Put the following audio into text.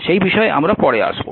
সেই বিষয়ে আমরা পরে আসব